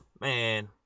man